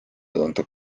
tuntud